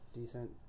Decent